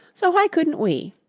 so why couldn't we?